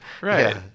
Right